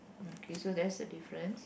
okay so that is a difference